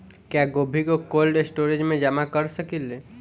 क्या गोभी को कोल्ड स्टोरेज में जमा कर सकिले?